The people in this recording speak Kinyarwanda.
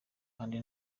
kandi